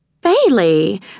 Bailey